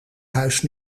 huis